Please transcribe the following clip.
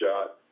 shot